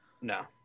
no